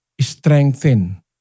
strengthen